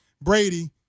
Brady